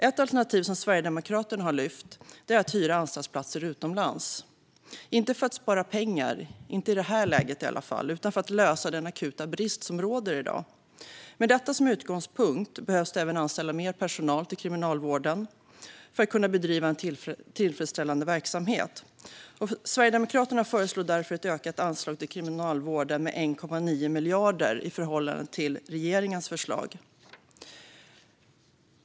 Ett alternativ som Sverigedemokraterna har lyft fram är att hyra anstaltsplatser utomlands, inte för att spara pengar - i alla fall inte i detta läge - utan för att komma till rätta med den akuta brist som råder i dag. Med detta som utgångspunkt behöver det även anställas mer personal till Kriminalvården för att en tillfredsställande verksamhet ska kunna bedrivas. Sverigedemokraterna föreslår därför ett ökat anslag till Kriminalvården med 1,9 miljarder kronor i förhållande till regeringens förslag.